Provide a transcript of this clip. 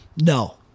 no